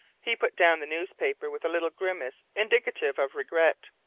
he put down the newspaper with a little grimace indicative of regret.